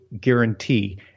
guarantee